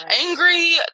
angry